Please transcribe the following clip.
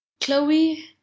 chloe